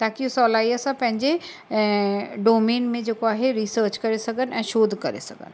ताकी सहुलाईअ सां पंहिंजे ऐं डोमेन में जेको आहे रीसर्च करे सघनि ऐं शोध करे सघनि